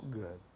good